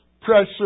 pressure